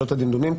בשעות הדמדומים.